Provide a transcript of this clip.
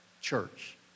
church